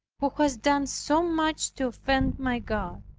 who has done so much to offend my god,